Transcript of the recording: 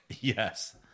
Yes